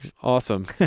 awesome